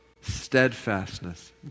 steadfastness